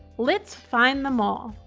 let's find them all.